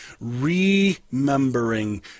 Remembering